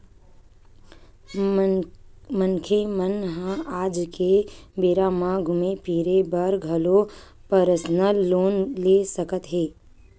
मनखे मन ह आज के बेरा म घूमे फिरे बर घलो परसनल लोन ले सकत हे